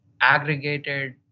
aggregated